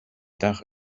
dach